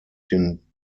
den